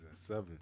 Seven